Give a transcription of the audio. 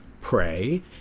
pray